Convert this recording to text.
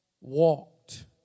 walked